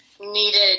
needed